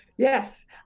Yes